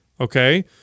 okay